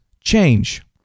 change